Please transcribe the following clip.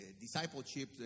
discipleship